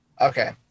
Okay